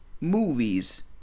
movies